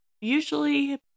usually